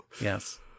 yes